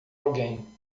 alguém